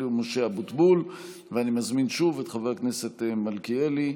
ברוכי, קאבלה, מלכיאלי,